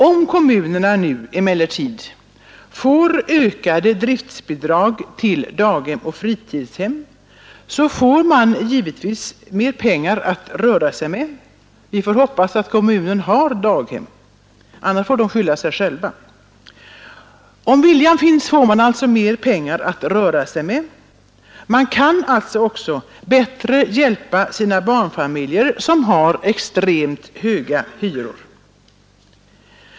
Om kommunerna nu emellertid får ökade driftbidrag till daghem och fritidshem, får man givetvis mer pengar att röra sig med — vi får hoppas att kommunen har daghem, annars får kommunerna tyvärr skylla sig själva. Om viljan finns får man alltså mer pengar att röra sig med. Det kan bättre hjälpa de barnfamiljer som har extremt höga hyror.